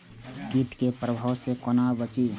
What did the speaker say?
कीट के प्रभाव से कोना बचीं?